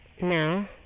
No